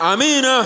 Amen